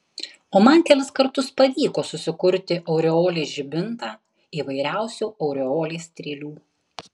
o man kelis kartus pavyko susikurti aureolės žibintą įvairiausių aureolės strėlių